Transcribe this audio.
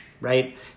right